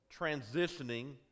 transitioning